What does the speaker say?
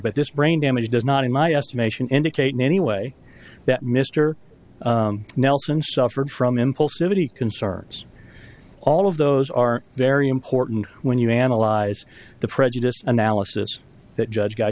but this brain damage does not in my estimation indicate in any way that mr nelson suffered from impulsivity concerns all of those are very important when you analyze the prejudiced analysis that judge g